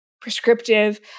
prescriptive